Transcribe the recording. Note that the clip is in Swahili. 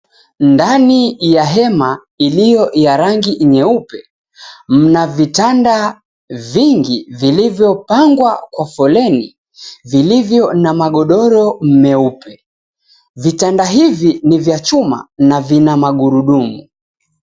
Ndani ya hema iliyo ya rangi nyeupe mna vitanda vingi vilivyopangwa kwa foleni, vilivyo na magodoro meupe. Vitanda hivi ni vya chuma na vina magurudumu.